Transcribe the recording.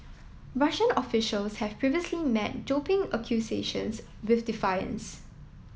Russian officials have previously met doping accusations with defiance